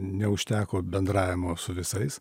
neužteko bendravimo su visais